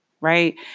right